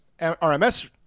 RMS